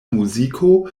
muziko